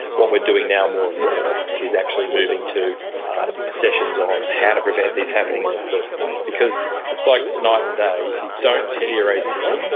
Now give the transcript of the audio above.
what we are doing now more and more is actually moving to sessions on how to prevent these happening in the first place. because it's like night and you you don't tear your acl,